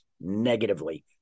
negatively